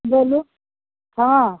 बोलू हाँ